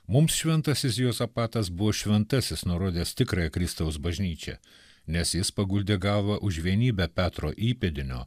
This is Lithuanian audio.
mums šventasis juozapatas buvo šventasis nurodęs tikrąją kristaus bažnyčią nes jis paguldė galvą už vienybę petro įpėdinio